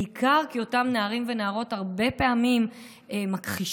בעיקר כי אותם נערים ונערות הרבה פעמים מכחישים,